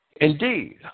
Indeed